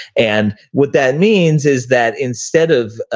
and what that means is that instead of,